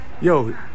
Yo